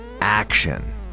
action